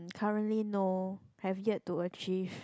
currently no have yet to achieve